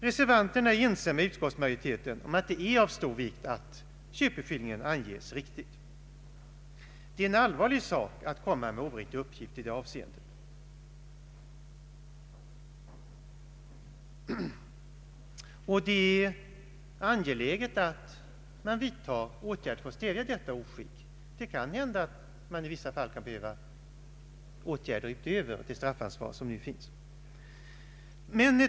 Reservanterna är ense med utskottsmajoriteten om att det är av stor vikt att köpeskillingen anges riktigt, Det är en allvarlig sak att komma med oriktiga uppgifter i detta avseende, och det är angeläget att man vidtar åtgärder för att stävja oskicket. Det kan hända att man i vissa fall kan behöva vidta åtgärder utöver det straffansvar som nu finns.